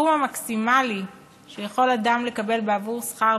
הסכום המקסימלי שיכול אדם לקבל בעבור שכר